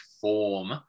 form